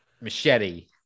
machete